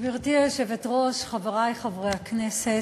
גברתי היושבת-ראש, חברי חברי הכנסת,